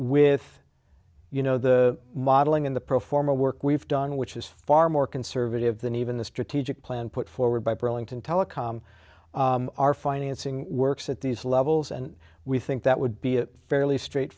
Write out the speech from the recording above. with you know the modeling in the pro forma work we've done which is far more conservative than even the strategic plan put forward by burlington telecom our financing works at these levels and we think that would be a fairly straight